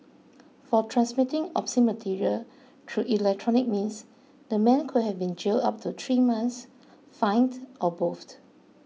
for transmitting obscene material through electronic means the man could have been jailed up to three months fined or both